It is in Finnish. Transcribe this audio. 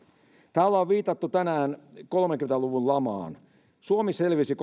täällä on viitattu tänään kolmekymmentä luvun lamaan suomi selvisi